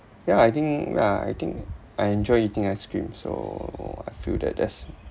yeah I think yeah I think I enjoy eating ice cream so I feel that that's